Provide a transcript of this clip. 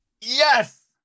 yes